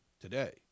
today